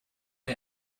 der